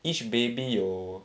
each baby 有